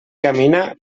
camina